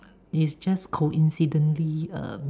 is just coincidentally um